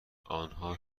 آنها